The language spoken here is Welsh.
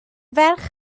ferch